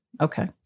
Okay